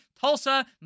Tulsa